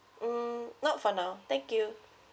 mm not for now thank you